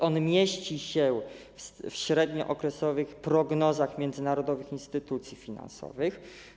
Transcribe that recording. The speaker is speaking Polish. On mieści się w średniookresowych prognozach międzynarodowych instytucji finansowych.